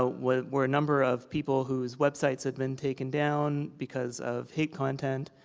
ah were were a number of people who's websites had been taken down because of hate content,